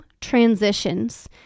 transitions